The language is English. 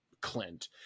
Clint